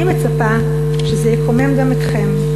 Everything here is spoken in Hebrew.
אני מצפה שזה יקומם גם אתכם.